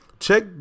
Check